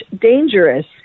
dangerous